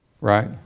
Right